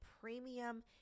premium